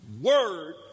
word